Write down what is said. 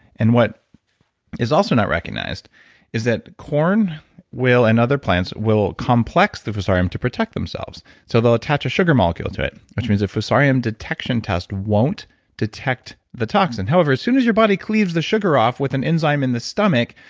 and what is also not recognized is that corn will, and other plants will complex the fusarium to protect themselves. so they'll attach a sugar molecule to it, which means a fusarium detection test won't detect the toxin. however, as soon as your body cleaves the sugar off with an enzyme in the stomach,